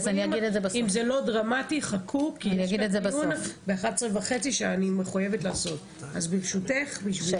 יש לי עוד דיון בשעה 10:30 שאני חייבת לקיים אותו.